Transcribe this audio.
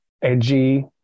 Edgy